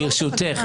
לא,